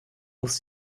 muss